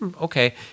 Okay